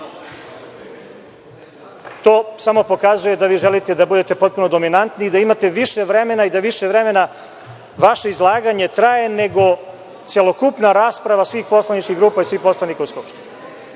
samo pokazuje da vi želite da budete potpuno dominantni i da imate više vremena i da više vremena vaše izlaganje traje nego celokupna rasprava svih poslaničkih grupa i svih poslanika u Skupštini.